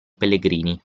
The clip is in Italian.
pellegrini